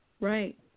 Right